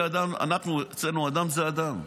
אצלנו אדם זה אדם,